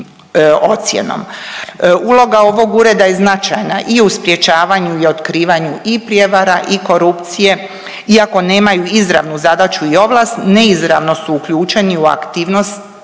Uloga ovog ureda je značajna i u sprječavanju i u otkrivanju i prijevara i korupcije, iako nemaju izravnu zadaću i ovlast neizravno su uključeni u aktivnost,